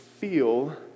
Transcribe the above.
feel